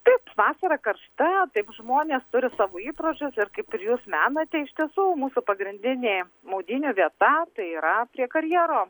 taip vasara karšta taip žmonės turi savo įpročius ir kaip ir jūs menate iš tiesų mūsų pagrindinė maudynių vieta tai yra prie karjero